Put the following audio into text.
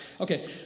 Okay